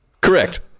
Correct